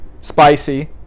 spicy